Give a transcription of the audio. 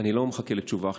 אני לא מחכה לתשובה עכשיו,